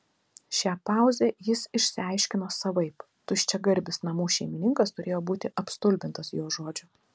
šią pauzę jis išsiaiškino savaip tuščiagarbis namų šeimininkas turėjo būti apstulbintas jo žodžių